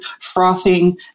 frothing